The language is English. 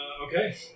Okay